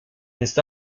esta